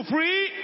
Free